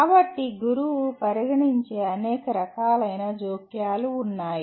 కాబట్టి గురువు పరిగణించే అనేక రకాలైన జోక్యాలు ఉన్నాయి